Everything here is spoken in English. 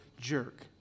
jerk